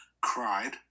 cried